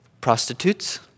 Prostitutes